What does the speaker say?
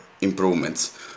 improvements